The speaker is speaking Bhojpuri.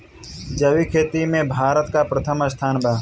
जैविक खेती में भारत का प्रथम स्थान बा